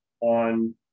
on